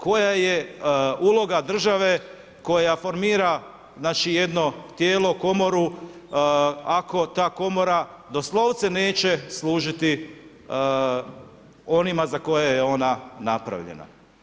Koja je uloga države koja formira jedno tijelo, komoru, ako ta komora doslovce neće služiti onima za koje je ona napravljena?